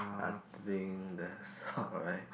I think that's alright